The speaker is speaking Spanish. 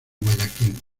guayaquil